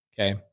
okay